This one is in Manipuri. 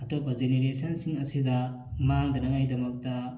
ꯑꯇꯣꯞꯄ ꯖꯦꯅꯦꯔꯦꯁꯟꯁꯤꯡ ꯑꯁꯤꯗ ꯃꯥꯡꯗꯅꯉꯥꯏꯒꯤꯗꯃꯛꯇ